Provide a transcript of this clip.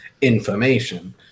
information